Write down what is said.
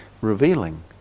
revealing